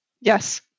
Yes